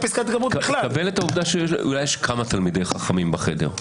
קבל את העובדה שיש כמה תלמידי חכמים בחדר.